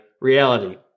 reality